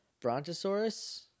Brontosaurus